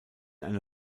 eine